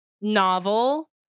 novel